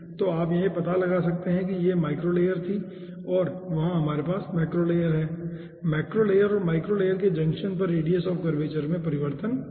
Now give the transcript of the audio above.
तो यहां आप पता लगा सकते हैं कि यह माइक्रो लेयर थी और वहां पर हमारे पास मैक्रो लेयर हैं मैक्रो लेयर और माइक्रो लेयर के जंक्शन पर रेडियस ऑफ़ कर्वेचर में परिवर्तन होगा